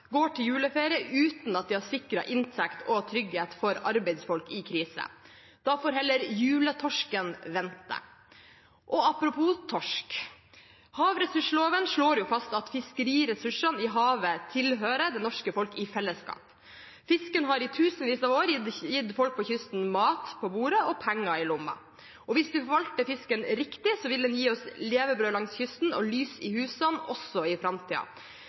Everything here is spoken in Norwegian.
går til juleferie uten at vi har sikret inntekt og trygghet for arbeidsfolk i krise. Da får heller juletorsken vente. Apropos torsk: Havressursloven slår fast at fiskeriressursene i havet tilhører det norske folk i fellesskap. Fisken har i tusenvis av år gitt folk langs kysten mat på bordet og penger i lomma. Hvis vi forvalter fisken riktig, vil den gi oss levebrød langs kysten og lys i husene også i